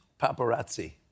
paparazzi